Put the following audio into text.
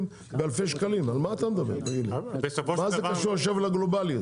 והקושי של צרכנים שתבעו את חברת הביטוח לרכוש פוליסות חדשות.